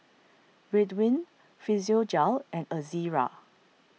Ridwind Physiogel and Ezerra